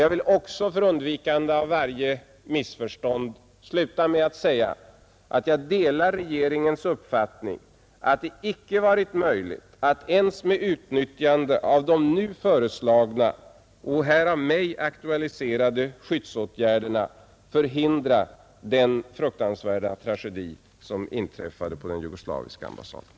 Jag vill också, för undvikande av varje missförstånd, sluta med att säga att jag delar regeringens uppfattning att det icke varit möjligt att ens med utnyttjande av de nu föreslagna och här av mig aktualiserade skyddsåtgärderna förhindra den fruktansvärda tragedi som inträffade på den jugoslaviska ambassaden.